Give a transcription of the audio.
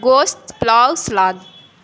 گوشت پلاؤ سلاد